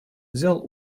взял